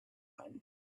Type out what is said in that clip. one